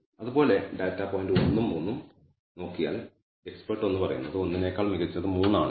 അതുപോലെ data point 1 ഉം 3 ഉം നോക്കിയാൽ എക്സ്പെർട്ട് 1 പറയുന്നത് 1 നേക്കാൾ മികച്ചത് 3 ആണ് എന്ന്